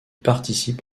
participe